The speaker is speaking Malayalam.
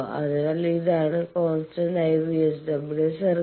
അതിനാൽ ഇതാണ് കോൺസ്റ്റന്റ് ആയ VSWR സർക്കിൾ